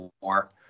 war